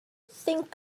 think